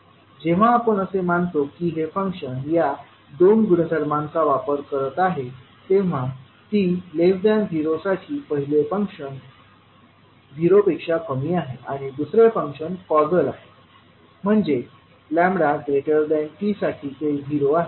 जेव्हा आपण असे म्हणतो की हे फंक्शन्स या 2 गुणधर्माचा वापर करत आहे तेव्हा t0साठी पहिले फंक्शन 0 पेक्षा कमी आहे आणि दुसरे फंक्शन कॉजल आहे म्हणजे t साठी ते 0 आहे